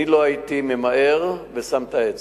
אני לא הייתי ממהר ושם את האצבע.